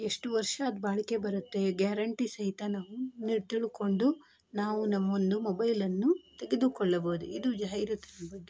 ಎಷ್ಟು ವರ್ಷ ಅದು ಬಾಳಿಕೆ ಬರತ್ತೆ ಗ್ಯಾರಂಟಿ ಸಹಿತ ನಾವು ತಿಳ್ಕೊಂಡು ನಾವು ನಮ್ಮೊಂದು ಮೊಬೈಲನ್ನು ತೆಗೆದುಕೊಳ್ಳಬಹುದು ಇದು ಜಾಹೀರಾತಿನ ಬಗ್ಗೆ